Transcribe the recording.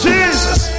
Jesus